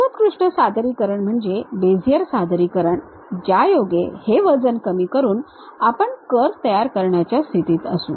सर्वोत्कृष्ट सादरीकरण म्हणजे बेझियर सादरीकरण ज्यायोगे हे वजन कमी करून आपण कर्व तयार करण्याच्या स्थितीत असू